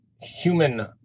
human